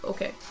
Okay